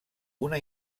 una